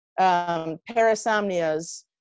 parasomnias